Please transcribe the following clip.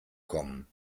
kommen